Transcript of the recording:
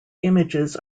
images